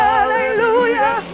Hallelujah